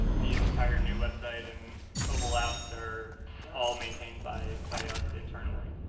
the entire new website and mobile apps are all maintained by by us internally.